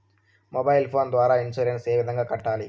mobile phone ద్వారా insurance ఏ విధంగా కట్టాలి